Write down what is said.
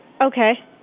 Okay